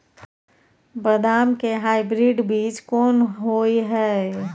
बदाम के हाइब्रिड बीज कोन होय है?